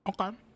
Okay